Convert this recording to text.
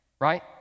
right